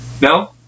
No